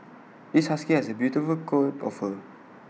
this husky has A beautiful coat of fur